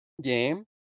game